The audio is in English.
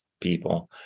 people